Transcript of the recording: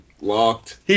locked